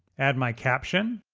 add my caption.